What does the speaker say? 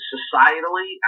Societally